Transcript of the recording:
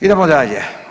Idemo dalje.